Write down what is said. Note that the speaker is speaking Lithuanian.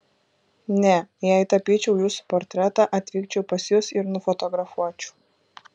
ne jei tapyčiau jūsų portretą atvykčiau pas jus ir nufotografuočiau